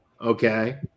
okay